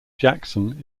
jackson